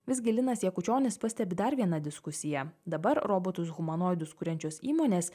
visgi linas jakučionis pastebi dar vieną diskusiją dabar robotus humanoidus kuriančios įmonės